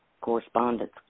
correspondence